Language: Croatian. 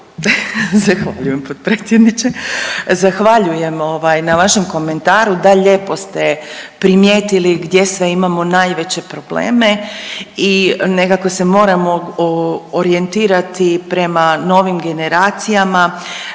Zahvaljujem ovaj na vašem komentaru, da lijepo ste primijetili gdje sve imamo najveće probleme i nekako se moramo orijentirati prema novim generacijama